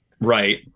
Right